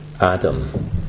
Adam